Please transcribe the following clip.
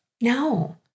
No